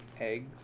eggs